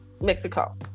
Mexico